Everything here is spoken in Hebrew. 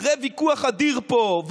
אחרי ויכוח אדיר פה,